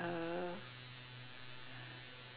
uh